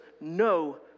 no